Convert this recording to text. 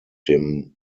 dem